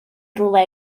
rhywle